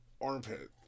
armpit